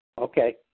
Okay